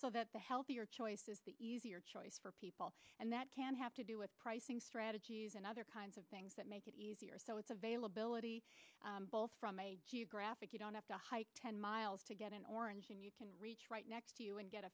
so that the healthier choice is the easier choice for people and that can have to do with pricing strategies and other kinds of things that make it easier so it's availability both from a geographic you don't have to hike ten miles to get an orange when you can reach right next to you and get